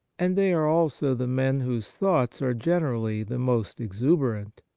and they are also the men whose thoughts are generally the most exuberant.